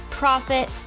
Profit